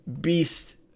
beast